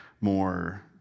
more